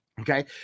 Okay